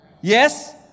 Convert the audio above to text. Yes